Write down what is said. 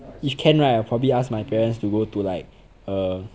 if can right I'll probably ask my parents to go to like err